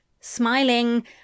Smiling